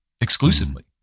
exclusively